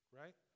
right